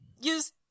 use